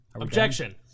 Objection